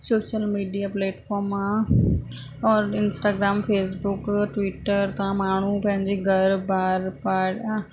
social media platform आहे और Instagram Facebook Twitter था माण्हू पंहिंजे घरु ॿार पाणि